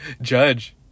judge